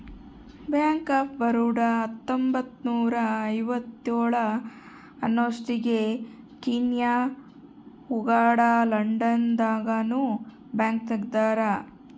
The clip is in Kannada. ಬ್ಯಾಂಕ್ ಆಫ್ ಬರೋಡ ಹತ್ತೊಂಬತ್ತ್ನೂರ ಐವತ್ತೇಳ ಅನ್ನೊಸ್ಟಿಗೆ ಕೀನ್ಯಾ ಉಗಾಂಡ ಲಂಡನ್ ದಾಗ ನು ಬ್ಯಾಂಕ್ ತೆಗ್ದಾರ